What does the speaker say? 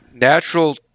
natural